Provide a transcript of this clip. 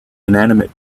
inanimate